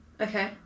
Okay